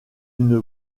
une